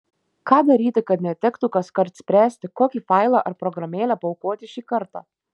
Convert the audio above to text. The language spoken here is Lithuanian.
ką daryti kad netektų kaskart spręsti kokį failą ar programėlę paaukoti šį kartą